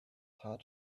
hard